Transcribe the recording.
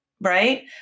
Right